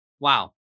wow